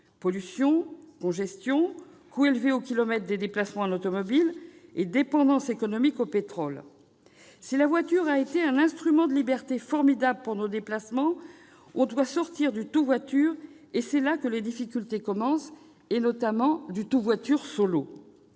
pollution, congestion, coût élevé au kilomètre des déplacements en automobile, dépendance économique au pétrole. Si la voiture a été un instrument de liberté formidable pour nos déplacements, on doit sortir du « tout-voiture », et c'est là que les difficultés commencent, notamment en raison du « tout-voiture solo